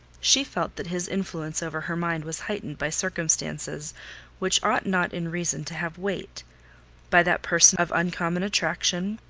she felt that his influence over her mind was heightened by circumstances which ought not in reason to have weight by that person of uncommon attraction,